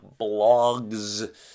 blogs